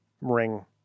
ring